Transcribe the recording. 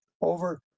over